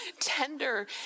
tender